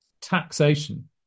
taxation